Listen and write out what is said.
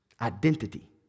Identity